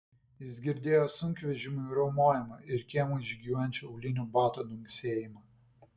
jis girdėjo sunkvežimių riaumojimą ir kiemu žygiuojančių aulinių batų dunksėjimą